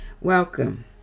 Welcome